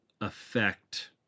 affect